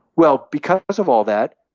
well, because of all that,